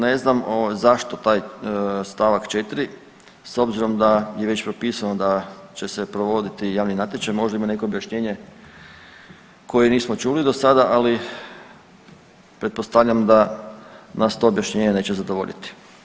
Ne znam zašto taj st. 4. s obzirom da je već propisano da će se provoditi javni natječaj, možda ima neko objašnjenje koje nismo čuli do sada, ali pretpostavljam da nas to objašnjenje neće zadovoljiti.